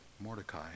Mordecai